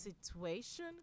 situation